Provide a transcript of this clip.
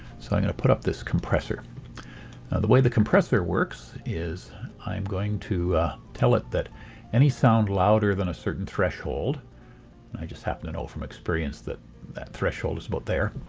so i'm going to put up this compressor. now the way the compressor works is i'm going to tell it that any sound louder than a certain threshold and i just happen to know from experience that that threshold is about there